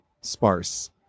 sparse